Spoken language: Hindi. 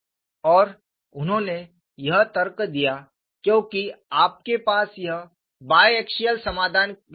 और उन्होंने यह तर्क दिया क्योंकि आपके पास यह बाय एक्सियल समाधान के रूप में है